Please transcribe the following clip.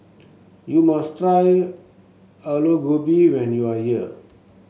you must try Aloo Gobi when you are here